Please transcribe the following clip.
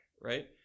right